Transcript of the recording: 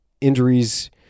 injuries